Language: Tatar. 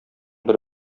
бер